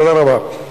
תודה רבה.